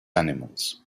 animals